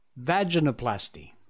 vaginoplasty